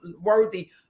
worthy